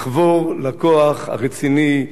לחבור לכוח הרציני,